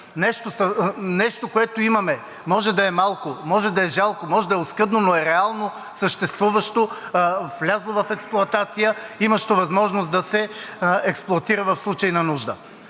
нещо което имаме. Може да е малко, може да е жалко, може да е оскъдно, но е реално съществуващо, влязло в експлоатация, имащо възможност да се експлоатира в случай на нужда,